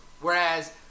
whereas